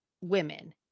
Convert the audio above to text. women